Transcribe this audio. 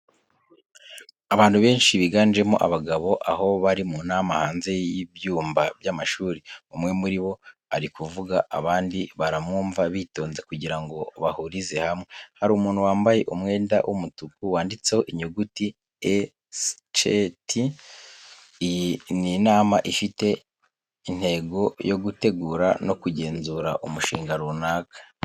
Abantu benshi biganjemo abagabo, aho bari mu nama hanze y'ibyumba by'amashuri. Umwe muri bo ari kuvuga abandi baramwumva bitonze kugira ngo bahurize hamwe. Hari umuntu wambaye umwenda w'umutuku wanditseho inyuguti ECET. Iyi ni inama ifite intego yo gutegura no kugenzura umushinga runaka.